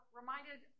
reminded